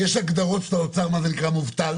יש הגדרות של האוצר מה זה נקרא מובטל